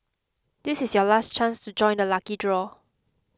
this is your last chance to join the lucky draw